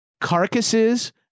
Carcasses